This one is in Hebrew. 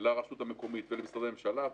לרשות המקומית ולמשרדי הממשלה,